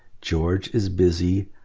george is busy.